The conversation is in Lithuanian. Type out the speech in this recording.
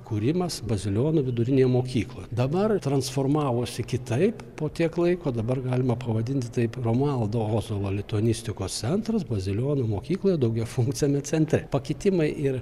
kūrimas bazilionų vidurinėje mokykloje dabar transformavosi kitaip po tiek laiko dabar galima pavadinti taip romualdo ozolo lituanistikos centras bazilionų mokykloje daugiafunkciame centre pakitimai ir